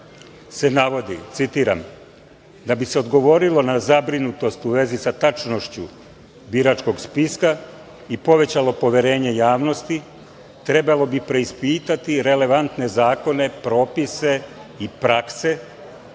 se navodi citiram – „Da bi se odgovorilo na zabrinutost u vezi sa tačnošću biračkog spiska i povećalo poverenje javnosti trebalo bi preispitati relevantne zakone, propise i prakse